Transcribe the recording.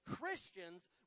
christians